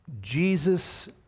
Jesus